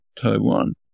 Taiwan